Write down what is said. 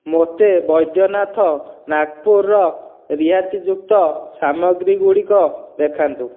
ମୋତେ ବୈଦ୍ୟନାଥ ନାଗପୁରର ରିହାତିଯୁକ୍ତ ସାମଗ୍ରୀଗୁଡ଼ିକ ଦେଖାନ୍ତୁ